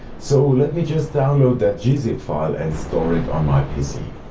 so let me just download that gzip file and store it on my pc.